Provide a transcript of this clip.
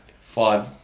five